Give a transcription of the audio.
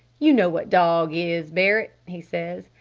you know what dogs is, barret', he says.